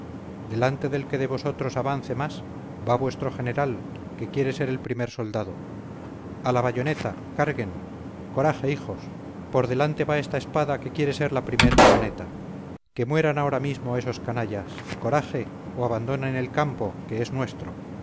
delante del que de vosotros avance más va vuestro general que quiere ser el primer soldado a la bayoneta carguen coraje hijos por delante va esta espada que quiere ser la primer bayoneta que mueran ahora mismo esos canallas coraje o abandonen el campo que es nuestro